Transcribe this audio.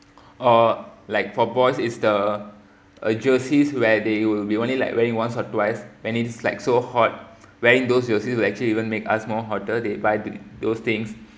or like for boys is the uh jerseys where they will be only like wearing once or twice when it's like so hot wearing those you see will actually even make us more hotter they buy the